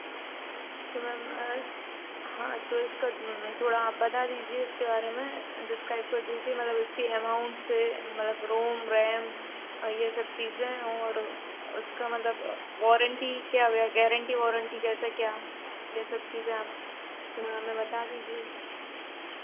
तो मैम हाँ तो इसका थोड़ा आप बता दीजिए उसके बारे में डिस्क्राइब कर दीजिए मतलब इसके अमाउंट से मतलब रोम रैम ये सब चीज़ें और उसका मतलब वारंटी क्या गैरेंटी वारंटी कैसे क्या ये सब चीज़ आप थोड़ा हमें बता दीजिए